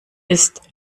ist